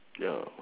ya